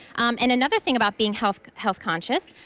and another thing about being health health conscious,